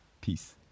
Peace